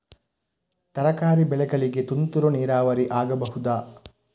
ತರಕಾರಿ ಬೆಳೆಗಳಿಗೆ ತುಂತುರು ನೀರಾವರಿ ಆಗಬಹುದಾ?